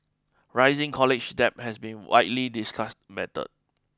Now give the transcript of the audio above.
rising college debt has been widely discussed mattered